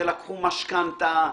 שלקחו משכנתא,